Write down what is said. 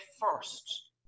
first